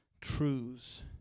truths